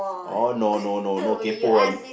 oh no no no no kaypoh one